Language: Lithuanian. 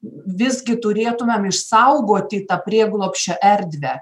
visgi turėtumėm išsaugoti tą prieglobsčio erdvę